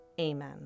amen